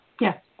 Yes